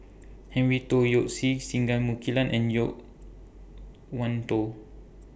Henry Tan Yoke See Singai Mukilan and Yo Wan Tho